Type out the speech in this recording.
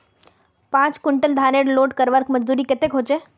पाँच कुंटल धानेर लोड करवार मजदूरी कतेक होचए?